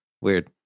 Weird